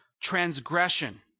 Transgression